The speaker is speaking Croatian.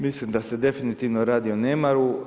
Mislim da se definitivno radi o nemaru.